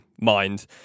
mind